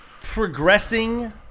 progressing